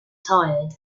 tired